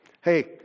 Hey